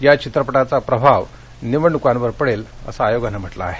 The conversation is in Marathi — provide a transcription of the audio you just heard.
या चित्रपटाचा प्रभाव निवडणुकांवर पडेल असं आयोगानं म्हंटल आहे